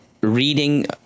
reading